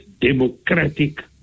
democratic